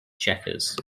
checkers